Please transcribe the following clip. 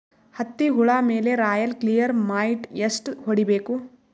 ಹತ್ತಿ ಹುಳ ಮೇಲೆ ರಾಯಲ್ ಕ್ಲಿಯರ್ ಮೈಟ್ ಎಷ್ಟ ಹೊಡಿಬೇಕು?